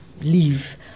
leave